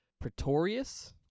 Pretorius